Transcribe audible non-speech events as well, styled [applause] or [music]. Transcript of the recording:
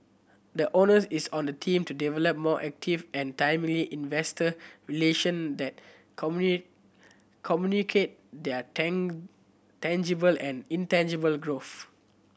the onus is on the team to develop more active and timely investor relation that [unintelligible] communicate their [unintelligible] tangible and intangible growth